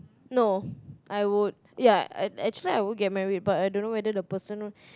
no I would ya I actually I would get married but I don't know whether the person